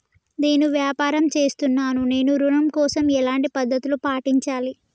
నేను వ్యాపారం చేస్తున్నాను నేను ఋణం కోసం ఎలాంటి పద్దతులు పాటించాలి?